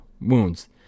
wounds